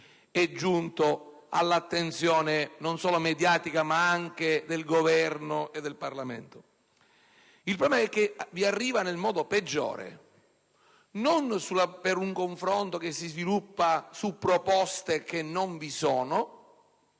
è giunto all'attenzione, non solo mediatica, ma anche del Governo e del Parlamento. Il problema è che vi è giunto nel modo peggiore: non per un confronto che si sviluppa su proposte che non vi sono,